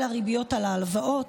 של הריביות על ההלוואות,